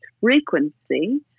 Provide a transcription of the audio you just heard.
frequency